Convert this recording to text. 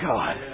God